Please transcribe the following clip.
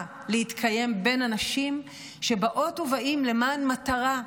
להתקיים בין אנשים שבאות ובאים למען מטרה,